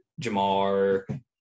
jamar